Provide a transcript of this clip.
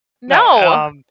No